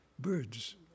Birds